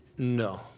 No